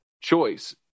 choice